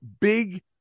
big